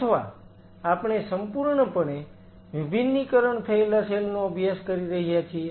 અથવા આપણે સંપૂર્ણપણે વિભિન્નીકરણ થયેલા સેલ નો અભ્યાસ કરી રહ્યા છીએ